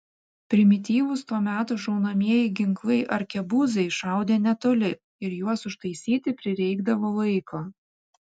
primityvūs to meto šaunamieji ginklai arkebuzai šaudė netoli ir juos užtaisyti prireikdavo laiko